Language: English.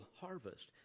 harvest